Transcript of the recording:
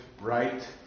right